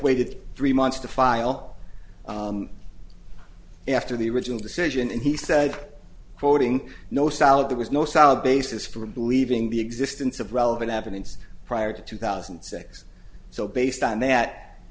waited three months to file after the original decision and he said quoting no solid there was no solid basis for believing the existence of relevant happenings prior to two thousand and six so based on that